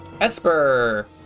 Esper